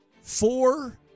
four